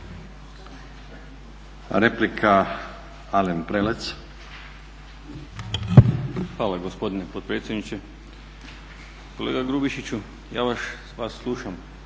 **Prelec, Alen (SDP)** Hvala gospodine potpredsjedniče. Kolega Grubišiću, ja vas slušam